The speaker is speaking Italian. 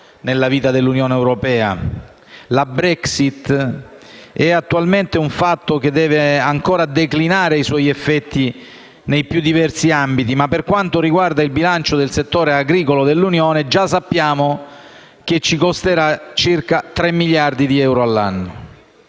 nella vita dell'Unione europea: la Brexit è attualmente un fatto che deve ancora declinare i propri effetti nei più diversi ambiti ma, per quanto riguarda il bilancio del settore agricolo dell'Unione, già sappiamo che ci costerà circa tre miliardi di euro all'anno.